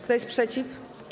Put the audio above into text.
Kto jest przeciw?